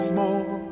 more